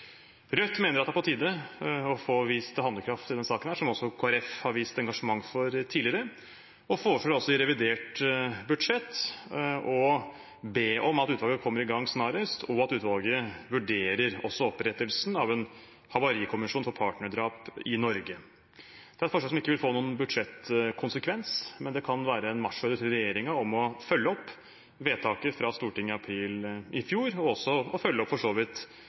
Rødt mener det er på tide å få vist handlekraft i denne saken, som også Kristelig Folkeparti har vist engasjement for tidligere, og foreslår i revidert budsjett å be om at utvalget kommer i gang snarest, og at utvalget også vurderer opprettelsen av en havarikommisjon for partnerdrap i Norge. Det er et forslag som ikke vil få noen budsjettkonsekvens, men det kan være en marsjordre til regjeringen om å følge opp vedtaket fra Stortinget i april i fjor og også å følge opp, for så vidt,